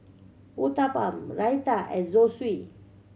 Uthapam Raita and Zosui